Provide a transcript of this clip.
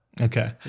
Okay